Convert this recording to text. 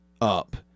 up